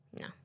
no